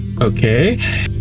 okay